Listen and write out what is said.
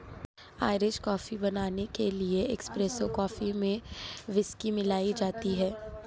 Irish coffee बनाने के लिए एस्प्रेसो कॉफी में व्हिस्की मिलाई जाती है